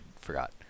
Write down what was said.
forgot